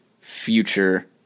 future